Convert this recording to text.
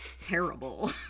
Terrible